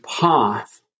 path